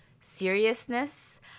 seriousness